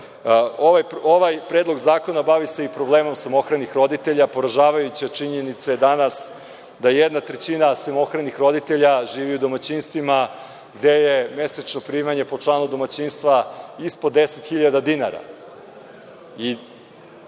Predlog zakona bavi se i problemom samohranih roditelja. Poražavajuća činjenica je danas da jedna trećina samohranih roditelja živi u domaćinstvima gde je mesečno primanje po članu domaćinstva ispod 10.000 dinara